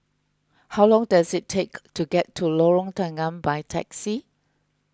how long does it take to get to Lorong Tanggam by taxi